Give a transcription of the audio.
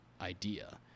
idea